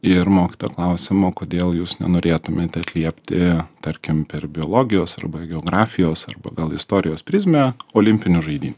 ir mokytojo klausiam o kodėl jūs nenorėtumėte atliepti tarkim per biologijos arba geografijos arba gal istorijos prizmę olimpinių žaidynių